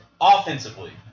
offensively